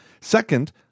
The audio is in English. Second